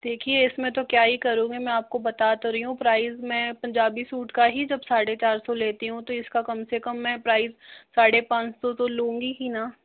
देखिये इसमें तो क्या ही करूँगी मैं मैं आपको बता तो रही हूं प्राइस में पंजाबी सूट का ही जब साढ़े चार सौ लेती हूं तो इसका कम से कम प्राइस साढ़े पाँच सौ तो लूंगी ही न